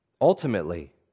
Ultimately